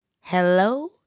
hello